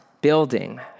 building